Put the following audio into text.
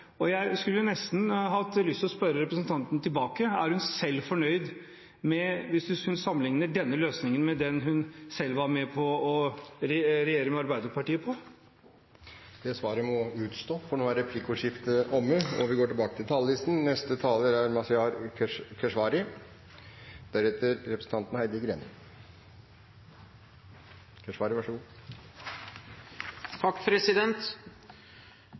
Jeg skulle nesten hatt lyst til å spørre representanten tilbake: Er hun selv fornøyd, hvis hun sammenligner denne løsningen med den hun selv var med på da hun og SV regjerte sammen med Arbeiderpartiet? Det svaret må utstå, for nå er replikkordskiftet omme. Avtalen som regjeringspartiene inngikk sammen med Venstre og